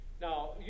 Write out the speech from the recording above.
Now